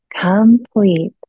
Complete